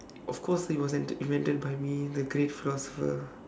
of course it was in~ invented by me the great philosopher